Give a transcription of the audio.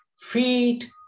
feet